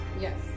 Yes